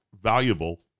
valuable